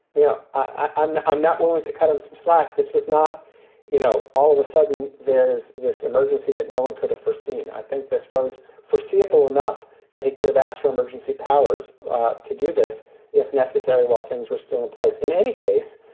yeah, i'm i'm not willing to cut him some slack. this was not you know, all of a sudden there's this emergency that no one could have foreseen. i think this was foreseeable enough that he could have asked for emergency powers to do this if necessary while things were still in place. in any case,